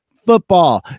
football